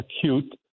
acute